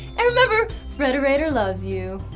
and remember, frederator loves you.